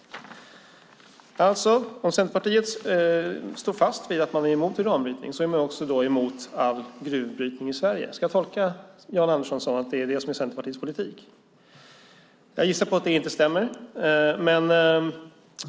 Om Centerpartiet står fast vid att man är emot uranbrytning är man alltså emot all gruvbrytning i Sverige. Ska jag tolka Jan Andersson så att det är det som är Centerpartiets politik? Jag gissar att det inte stämmer.